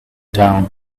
down